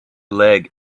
leg